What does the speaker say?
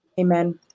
Amen